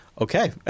okay